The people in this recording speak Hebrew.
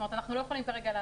אנחנו לא יכולים כרגע,